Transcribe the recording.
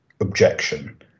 objection